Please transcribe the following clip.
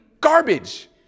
garbage